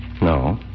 No